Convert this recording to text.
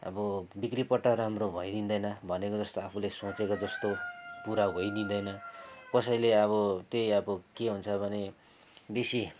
अब बिक्रीपट्टा राम्रो भइदिँदैन भनेको जस्तो आफूले सोचेको जस्तो पुरा होइदिँदैन कसैले अब त्यही अब के हुन्छ भने बेसी